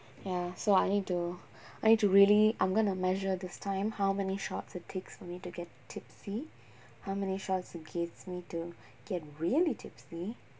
ya so I need to I need to really I'm going to measure this time how many shots it takes me to get tipsy how many shots it gets me to get really tipsy